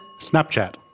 Snapchat